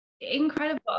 Incredible